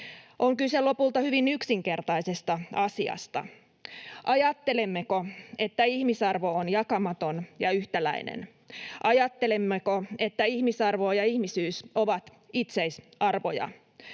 On kyse lopulta hyvin yksinkertaisesta asiasta: Ajattelemmeko, että ihmisarvo on jakamaton ja yhtäläinen? Ajattelemmeko, että ihmisarvo ja ihmisyys ovat itseisarvoja?